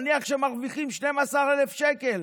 נניח שהם מרוויחים 12,000 שקל,